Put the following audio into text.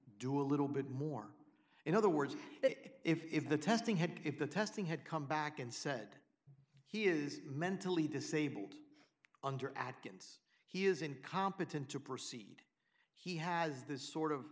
do a little bit more in other words that if the testing had if the testing had come back and said he is mentally disabled under adkins he is incompetent to proceed he has this sort of